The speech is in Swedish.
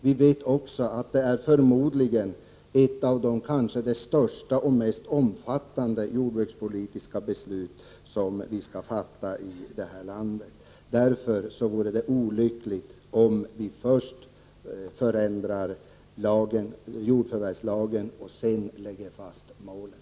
Vi vet också att det kanske blir det mest omfattande jordbrukspolitiska beslut som vi har fattat i det här landet. Därför vore det olyckligt om vi först förändrar jordförvärvslagen och sedan lägger fast målen.